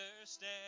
understand